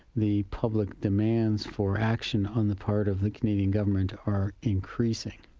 the public demands for action on the part of the canadian government are increasing.